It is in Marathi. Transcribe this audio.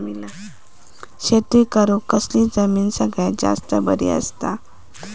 शेती करुक कसली जमीन सगळ्यात जास्त बरी असता?